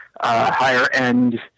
higher-end